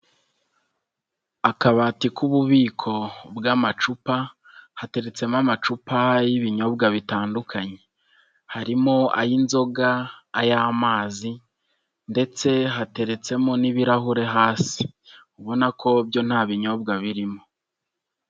Akabati k'ububiko bw'amacupa, hateretsemo amacupa y'ibinyobwa bitandukanye, harimo ay'inzoga, ay'amazi ndetse hateretsemo n'ibirahure hasi, ubona ko byo nta binyobwa birimo.